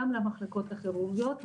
גם למחלקות הכירורגיות,